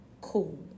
cool